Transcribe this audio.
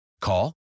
Call